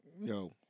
Yo